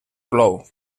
plou